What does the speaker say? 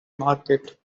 market